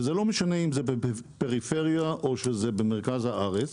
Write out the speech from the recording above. וזה לא משנה אם זה בפריפריה או שזה במרכז הארץ,